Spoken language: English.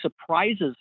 surprises